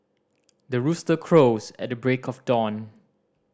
the rooster crows at the break of dawn